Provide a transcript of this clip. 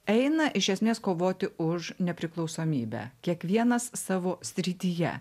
eina iš esmės kovoti už nepriklausomybę kiekvienas savo srityje